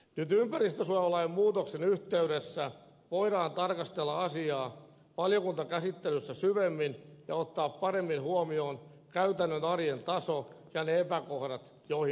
nyt ympäristönsuojelulain muutoksen yhteydessä voidaan tarkastella asiaa valiokuntakäsittelyssä syvemmin ja ottaa paremmin huomioon käytännön arjen taso ja ne epäkohdat joihin on törmätty